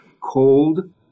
cold